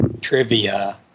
trivia